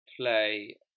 play